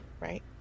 right